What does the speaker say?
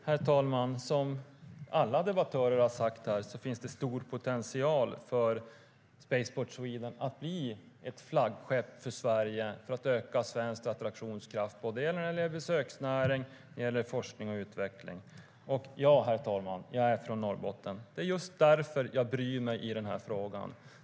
Herr talman! Som alla debattörer har sagt här finns det stor potential för Spaceport Sweden att bli ett flaggskepp för Sverige för att öka svensk attraktionskraft både när det gäller besöksnäring och när det gäller forskning och utveckling. Och ja, herr talman, jag är från Norrbotten. Det är just därför jag bryr mig om den här frågan.